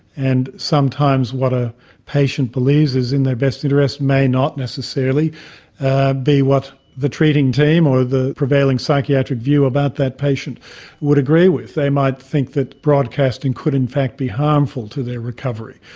and sometimes what a patient believes is in their best interest may not necessarily ah be what the treating team or the prevailing psychiatric view about that patient would agree with, they might think broadcasting could in fact be harmful to their recovery.